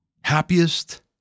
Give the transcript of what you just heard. happiest